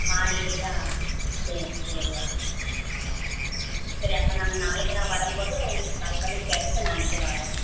மாடியிலையா சரி சரி சரி அப்போ நாங்கள் நாளைக்கு நான் வரும்போது உங்களுக்கு கால் பண்ணி கேட்டுவிட்டு நாளைக்கு வர்றோம்